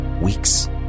weeks